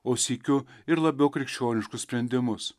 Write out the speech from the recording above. o sykiu ir labiau krikščioniškus sprendimus